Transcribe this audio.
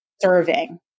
serving